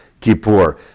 Kippur